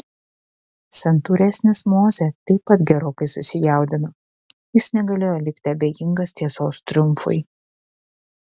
santūresnis mozė taip pat gerokai susijaudino jis negalėjo likti abejingas tiesos triumfui